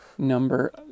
number